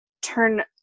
turn